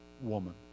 woman